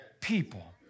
People